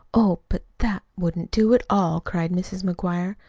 oh, but that wouldn't do at all! cried mrs. mcguire.